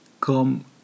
come